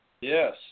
Yes